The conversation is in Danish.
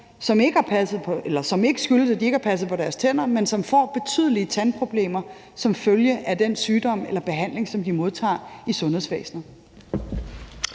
at gøre en enormt stor forskel for nogle patienter, som får betydelige tandproblemer som følge af sygdom eller behandling, som de modtager i sundhedsvæsenet.